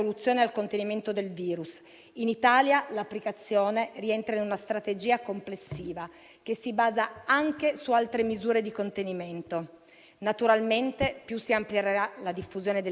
Naturalmente più si amplierà la diffusione dell'applicazione, più sarà conosciuta e più questa sarà in grado di contribuire ad agevolare le azioni di contrasto al coronavirus.